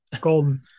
Golden